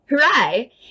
hooray